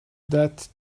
that